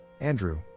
Andrew